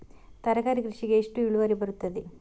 ತರಕಾರಿ ಕೃಷಿಗೆ ಎಷ್ಟು ಇಳುವರಿ ಬರುತ್ತದೆ?